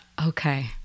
Okay